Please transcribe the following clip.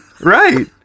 Right